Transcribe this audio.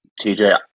TJ